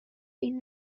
این